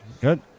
Good